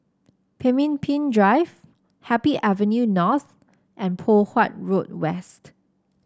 Pemimpin Drive Happy Avenue North and Poh Huat Road West